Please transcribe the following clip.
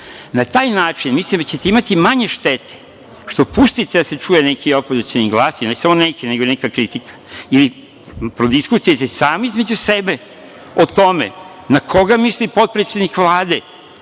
taj način mislim da ćete imati manje štete, što pustite da se čuje neki opozicioni glas, i ne samo neki, nego i neka kritika ili prodiskutujete sami između sebe o tome na koga misli potpredsednik Vlade